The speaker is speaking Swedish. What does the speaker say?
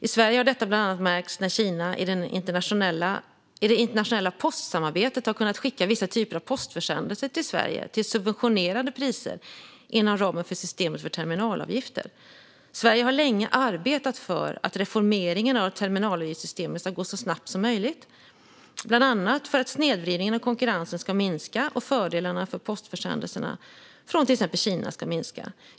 I Sverige har detta bland annat märkts när Kina i det internationella postsamarbetet har kunnat skicka vissa typer av postförsändelser till Sverige till subventionerade priser inom ramen för systemet för terminalavgifter. Sverige har länge arbetat för att reformeringen av terminalavgiftssystemet ska gå så snabbt som möjligt, bland annat för att snedvridningen av konkurrensen ska minska och fördelarna för postförsändelserna från till exempel Kina ska minska.